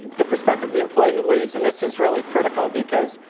the perspective of the employee who leaves. and this is really critical because,